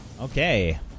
Okay